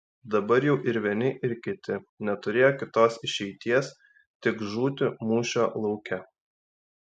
dabar jau ir vieni ir kiti neturėjo kitos išeities tik žūti mūšio lauke